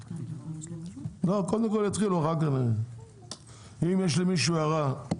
אם יש למישהו הערה,